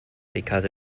because